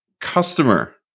customer